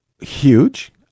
huge